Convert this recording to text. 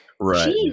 Right